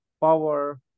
power